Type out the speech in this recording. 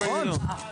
מי נגד?